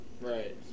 right